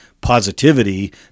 positivity